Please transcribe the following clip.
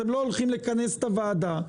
אתם לא הולכים לכנס את הוועדה.